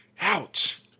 Ouch